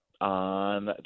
on